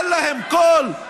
אין להם קול?